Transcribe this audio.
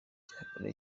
icyakora